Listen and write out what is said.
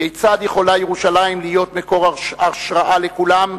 כיצד יכולה ירושלים להיות מקור השראה לכולם,